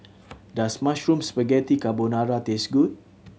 does Mushroom Spaghetti Carbonara taste good